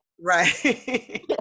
Right